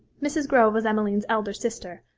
mrs. grove was emmeline's elder sister,